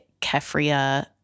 Kefria